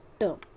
term